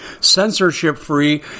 censorship-free